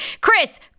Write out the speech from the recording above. Chris